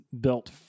built